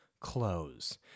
close